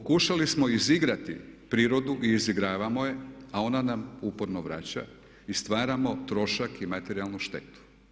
Pokušali smo izigrati prirodu i izigravamo je a ona nam uporno vraća i stvaramo trošak i materijalnu štetu.